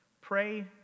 pray